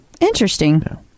Interesting